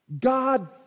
God